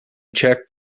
checked